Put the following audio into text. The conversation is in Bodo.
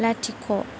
लाथिख'